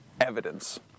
evidence